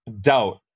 doubt